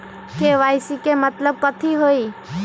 KYC के मतलब कथी होई?